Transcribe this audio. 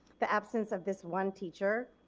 the absence of this one teacher